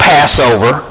Passover